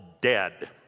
dead